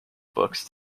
books